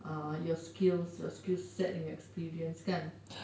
uh your skills your skill set and your experience kan